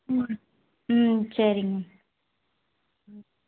ம் ம் சரிங்க ம்